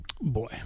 Boy